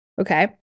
okay